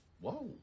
Whoa